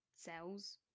cells